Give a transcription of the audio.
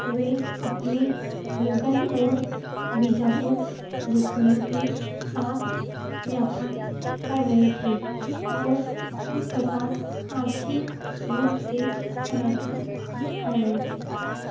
वे अपने मुगल और बीजापुर दुश्मनों के साथ व्यापार कर रहे थे और इस प्रकार आर्थिक रूप से समर्थन कर रहे थे